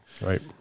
right